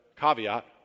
caveat